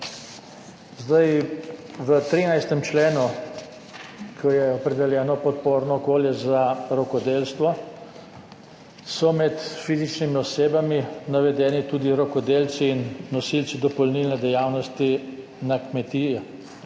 členu. V 13. členu, ko je opredeljeno podporno okolje za rokodelstvo, so med fizičnimi osebami navedeni tudi rokodelci in nosilci dopolnilne dejavnosti na kmetijah.